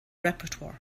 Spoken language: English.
repertoire